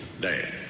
day